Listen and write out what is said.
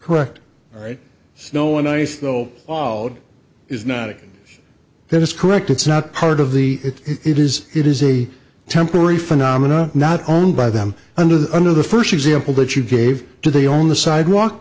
correct right snow and ice though ali is not it that is correct it's not part of the it is it is a temporary phenomenon not owned by them under the under the first example that you gave to the on the sidewalk